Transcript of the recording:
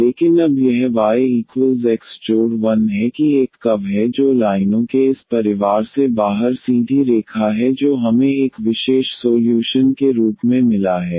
लेकिन अब यह y x 1 है कि एक कर्व है जो लाइनों के इस परिवार से बाहर सीधी रेखा है जो हमें एक विशेष सोल्यूशन के रूप में मिला है